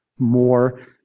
more